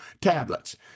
tablets